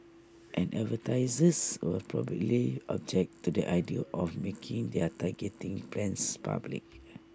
and advertisers would probably object to the idea of making their targeting plans public